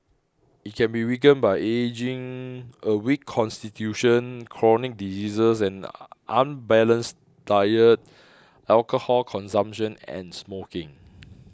it can be weakened by ageing a weak constitution chronic diseases an unbalanced diet alcohol consumption and smoking